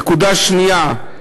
נקודה שנייה: